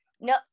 no